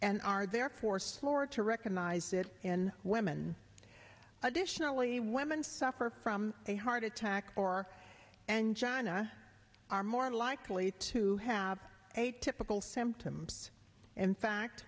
and are therefore slower to recognise that in women additionally women suffer from a heart attack or angina are more likely to have a typical symptoms in fact